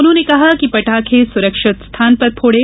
उन्होंने कहा है कि पटाखें सुरक्षित स्थान पर फोड़े